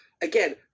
again